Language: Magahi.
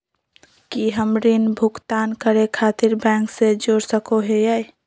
की हम ऋण भुगतान करे खातिर बैंक से जोड़ सको हियै?